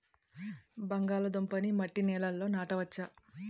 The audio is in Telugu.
బంగాళదుంప నీ మట్టి నేలల్లో నాట వచ్చా?